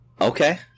Okay